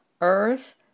earth